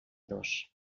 dos